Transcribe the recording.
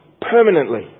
permanently